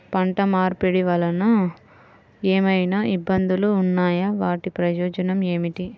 పంట మార్పిడి వలన ఏమయినా ఇబ్బందులు ఉన్నాయా వాటి ప్రయోజనం ఏంటి?